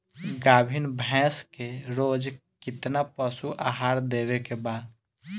गाभीन भैंस के रोज कितना पशु आहार देवे के बा?